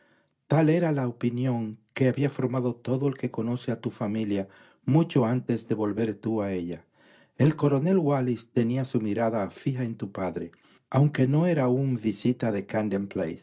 tal era la opinión que había formado todo el que conoce a tu f amilia mucho antes de volver tú a ella el coronel wallis tenía su mirada fija en tu padre aunque no era aún visita de